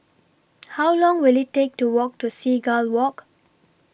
How Long Will IT Take to Walk to Seagull Walk